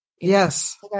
Yes